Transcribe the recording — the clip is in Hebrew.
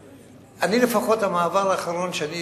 אני, לפחות, המעבר האחרון שאני